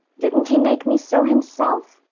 didn't he make me so himself?